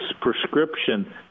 prescription